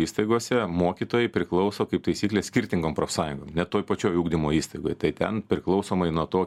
įstaigose mokytojai priklauso kaip taisyklė skirtingom profsąjungom net toj pačioj ugdymo įstaigoj tai ten priklausomai nuo to